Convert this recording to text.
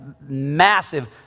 massive